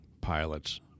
pilots